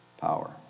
power